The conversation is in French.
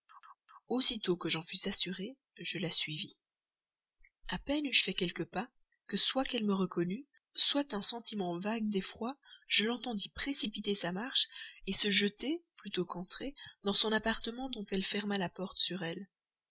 aussitôt que j'en fus assuré je la suivis a peine eus-je fait quelques pas que soit qu'elle me reconnût soit un sentiment vague d'effroi je l'entendis précipiter sa marche se jeter plutôt qu'entrer dans son appartement dont elle ferma la porte sur elle